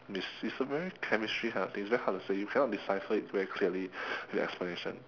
is is a very chemistry kind of thing it's very hard to say you cannot decipher it very clearly with explanation